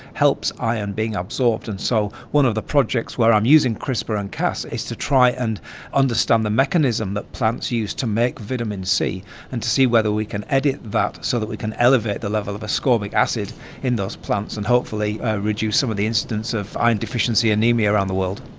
helps iron being absorbed. and so one of the projects where only um using crispr and cas is to try and understand the mechanism that plants use to make vitamin c and to see whether we can edit that so that we can elevate the level of ascorbic acid in those plants and hopefully reduce some of the incidences of iron deficiency anaemia around the world.